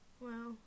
wow